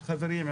חברים,